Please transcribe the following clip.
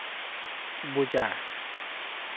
ᱵᱩᱡᱟ